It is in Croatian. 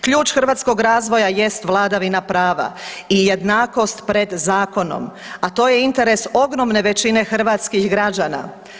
Ključ hrvatskog razvoja jest vladavina prava i jednakost pred zakonom, a to je interes ogromne većine hrvatskih građana.